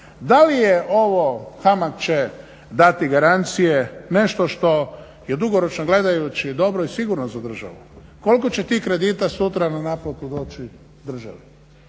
Da li je ovo HAMAG će dati garancije nešto što je dugoročno gledajući dobro i sigurno za državu? Koliko će tih kredita sutra na naplatu doći državi?